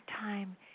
time